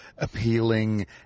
Appealing